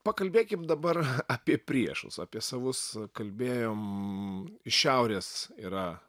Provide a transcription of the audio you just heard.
pakalbėkim dabar apie priešus apie savus kalbėjom iš šiaurės yra